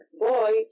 boy